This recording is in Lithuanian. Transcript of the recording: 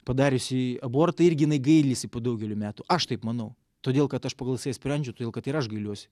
padariusi abortą irgi jinai gailisi po daugelio metų aš taip manau todėl kad aš pagal save sprendžiu todėl kad ir aš gailiuosi